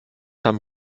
haben